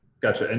gotcha, and